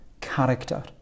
character